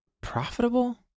profitable